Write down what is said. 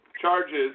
charges